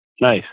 nice